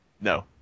No